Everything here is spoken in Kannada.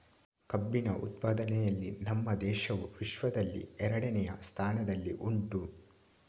ಕಬ್ಬಿನ ಉತ್ಪಾದನೆಯಲ್ಲಿ ನಮ್ಮ ದೇಶವು ವಿಶ್ವದಲ್ಲಿ ಎರಡನೆಯ ಸ್ಥಾನದಲ್ಲಿ ಉಂಟು